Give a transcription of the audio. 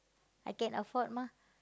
I can afford mah